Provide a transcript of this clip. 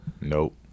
Nope